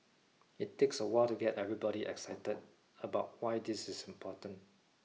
it takes a while to get everybody excited about why this is important